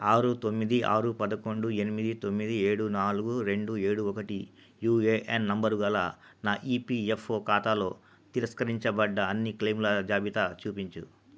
ఆరు తొమ్మిది ఆరు పదకొండు ఎనిమిది తొమ్మిది ఏడు నాలుగు రెండు ఏడు ఒకటి యూఏఎన్ నంబరు గల నా ఈపిఎఫ్ఒ ఖాతాలో తిరస్కరించబడ్డ అన్ని క్లైయిముల జాబితా చూపించు